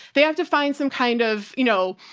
they have to find some kind of, you know,